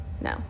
No